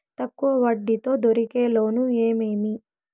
తక్కువ వడ్డీ తో దొరికే లోన్లు ఏమేమీ?